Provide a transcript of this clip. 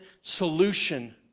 solution